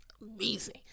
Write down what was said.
amazing